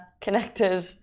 connected